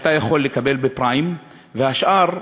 אתה יכול לקבל בפריים, והשאר,